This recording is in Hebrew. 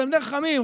תלמידי חכמים,